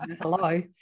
Hello